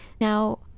Now